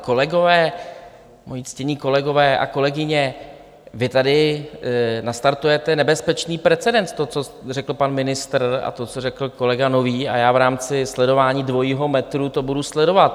Kolegové, ctění kolegové a kolegyně, vy tady nastartujete nebezpečný precedent, to, co řekl pan ministr, a to, co řekl kolega Nový, a já v rámci sledování dvojího metru to budu sledovat.